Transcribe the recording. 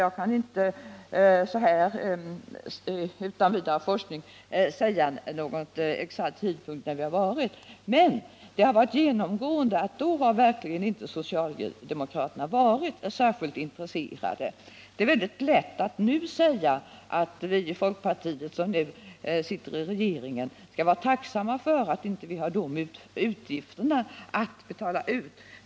Jag kan inte utan vidare forskning ange någon exakt tidpunkt, men det har varit genomgående att socialdemokraterna verkligen inte visat sig särskilt intresserade. Det är lätt att säga att vi i folkpartiet, som nu sitter i regeringen, skall vara tacksamma för att vi inte har dessa utgifter att svara för.